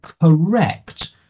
correct